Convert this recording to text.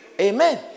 Amen